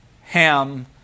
Ham